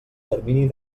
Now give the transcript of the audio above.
termini